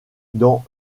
dans